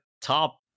top